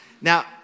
Now